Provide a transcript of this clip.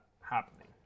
happening